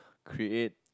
create